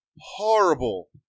horrible